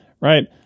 right